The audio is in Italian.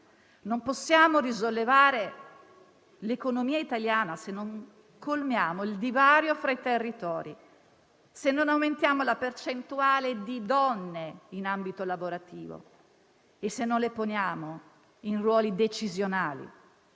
Non possiamo risollevare l'economia italiana se non colmiamo il divario fra i territori, se non aumentiamo la percentuale di donne in ambito lavorativo e se non le poniamo in ruoli decisionali,